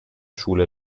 schule